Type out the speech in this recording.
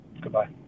Goodbye